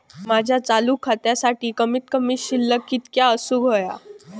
माझ्या चालू खात्यासाठी कमित कमी शिल्लक कितक्या असूक होया?